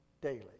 daily